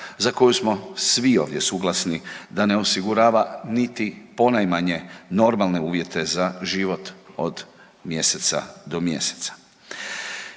za koju smo svi ovdje suglasni da ne osigurava niti ponajmanje normale uvjete za život od mjeseca do mjeseca.